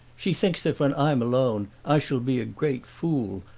she thinks that when i'm alone i shall be a great fool,